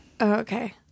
Okay